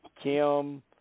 Kim